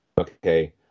okay